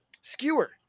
skewer